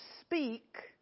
speak